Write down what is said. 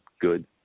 good